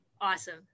awesome